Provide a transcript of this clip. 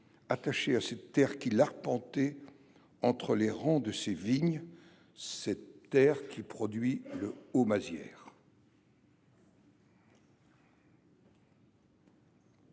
attaché à cette terre qu’il arpentait entre les rangs de ses vignes, cette terre qui produit le Haut Mazières.